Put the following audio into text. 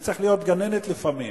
אני צריך להיות גננת לפעמים.